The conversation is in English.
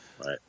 Right